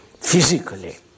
physically